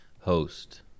host